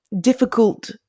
difficult